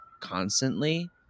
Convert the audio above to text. constantly